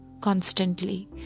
constantly